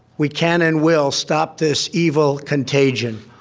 we can and will stop this evil contagion.